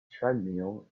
treadmill